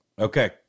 Okay